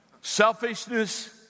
Selfishness